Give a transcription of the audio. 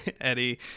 Eddie